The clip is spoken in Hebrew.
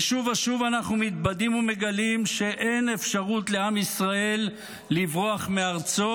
ושוב ושוב אנחנו מתבדים ומגלים שאין אפשרות לעם ישראל לברוח מארצו,